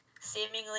seemingly